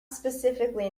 specifically